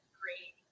great